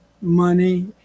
money